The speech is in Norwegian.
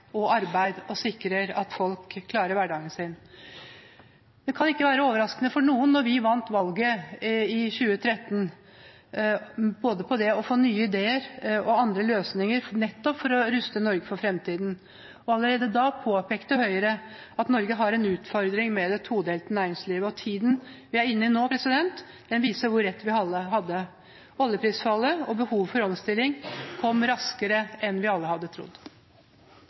og arbeid og sikrer at folk klarer hverdagen sin. Det kan ikke være overraskende for noen at vi vant valget i 2013 både på det å få nye ideer og andre løsninger for å ruste Norge for fremtiden. Allerede da påpekte Høyre at Norge har en utfordring med det todelte næringslivet, og tiden vi er inne i nå, viser hvor rett vi hadde. Oljeprisfallet og behovet for omstilling kom raskere enn vi alle hadde trodd.